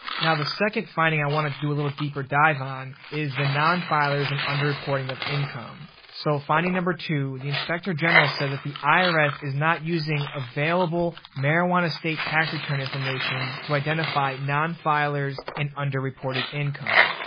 now, the second finding i want to do a little deeper dive on is the non filers and under reporting of income. so finding number two, the inspector general says that the irs is not using available marijuana state tax return information to identify non filers and underreported income.